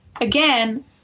again